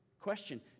question